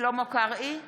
שלמה קרעי,